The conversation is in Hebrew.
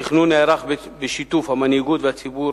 התכנון נערך בשיתוף המנהיגות והציבור